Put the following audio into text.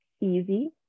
easy